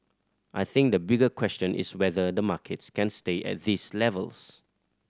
I think the bigger question is whether the markets can stay at these levels